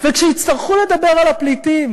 וכשיצטרכו לדבר על הפליטים